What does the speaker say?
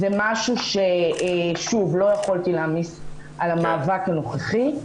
זה משהו, שוב, שלא יכולתי להעמיס על המאבק הנוכחי.